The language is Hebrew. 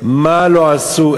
מה לא עשו?